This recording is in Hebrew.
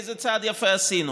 איזה צעד יפה עשינו,